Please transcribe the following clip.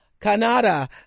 Canada